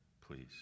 Please